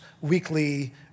weekly